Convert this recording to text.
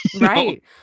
Right